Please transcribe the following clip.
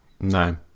No